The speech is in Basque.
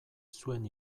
zuen